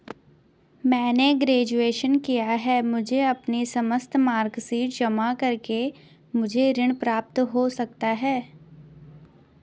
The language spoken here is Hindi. मैंने ग्रेजुएशन किया है मुझे अपनी समस्त मार्कशीट जमा करके मुझे ऋण प्राप्त हो सकता है?